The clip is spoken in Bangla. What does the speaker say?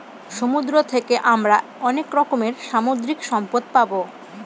সমুদ্র থাকে আমরা অনেক রকমের সামুদ্রিক সম্পদ পাবো